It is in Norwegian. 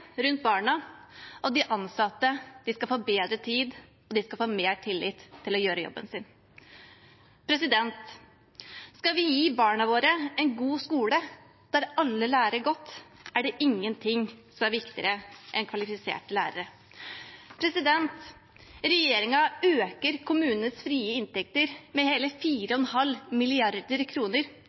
rundt barna, og de ansatte skal få bedre tid og mer tillit til å gjøre jobben sin. Skal vi gi barna våre en god skole der alle lærer godt, er det ingenting som er viktigere enn kvalifiserte lærere. Regjeringen øker kommunenes frie inntekter med hele 4,5